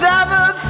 Seven